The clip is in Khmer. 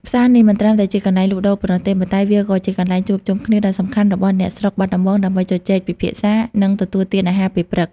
ផ្សារនេះមិនត្រឹមតែជាកន្លែងលក់ដូរប៉ុណ្ណោះទេ ប៉ុន្តែវាក៏ជាកន្លែងជួបជុំគ្នាដ៏សំខាន់របស់អ្នកស្រុកបាត់ដំបង ដើម្បីជជែកពិភាក្សា និងទទួលទានអាហារពេលព្រឹក។